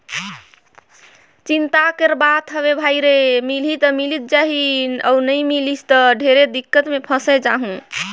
चिंता कर बात हवे भई रे मिलही त मिलिस जाही अउ नई मिलिस त ढेरे दिक्कत मे फंयस जाहूँ